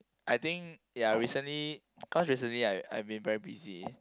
I think ya recently cause recently I I've been very busy